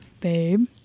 babe